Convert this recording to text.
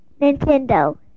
Nintendo